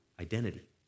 identity